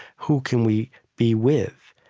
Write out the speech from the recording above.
who can we be with?